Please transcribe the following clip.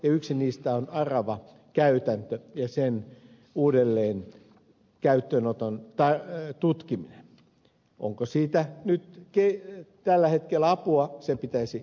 yksi niistä on aravakäytäntö ja sen uuden käyttöönoton tutkiminen onko siitä nyt tällä hetkellä apua se pitäisi selvittää